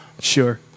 Sure